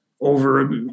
over